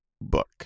book